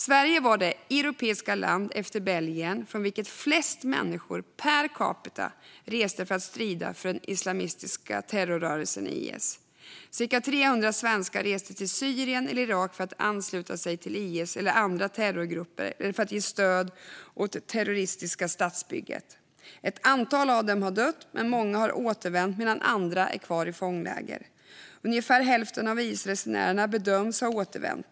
Sverige var det europeiska land efter Belgien från vilket procentuellt sett flest människor reste för att strida för den islamistiska terrorrörelsen IS. Cirka 300 svenskar reste till Syrien eller Irak för att ansluta sig till IS eller andra terrorgrupper eller för att ge stöd åt det terroristiska statsbygget. Ett antal av dem har dött, men många har återvänt och andra är kvar i fångläger. Ungefär hälften av IS-resenärerna bedöms ha återvänt.